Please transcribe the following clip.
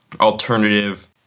alternative